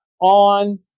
on